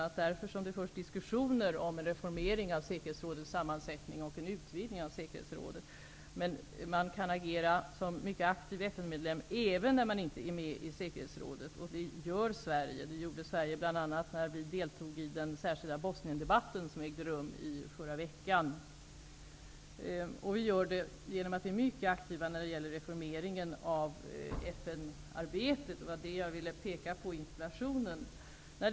Det är därför det pågår många diskussioner om reformering av säkerhetsrådets sammansättning och även en utvidgning av rådet. Det går att som aktiv FN-medlem agera även om landet inte sitter med i säkerhetsrådet. Det gör Sverige, och det gjorde Sverige bl.a. i den särskilda Bosniendebatt som ägde rum i förra veckan. Sverige är också mycket aktiv i fråga om reformeringen av FN-arbetet. Det var det jag ville påpeka i interpellationssvaret.